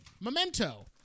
Memento